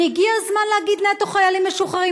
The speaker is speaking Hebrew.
והגיע הזמן להגיד: נטו חיילים משוחררים,